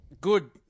good